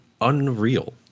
unreal